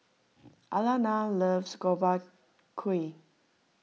Alanna loves Gobchang Gui